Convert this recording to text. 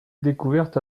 découverte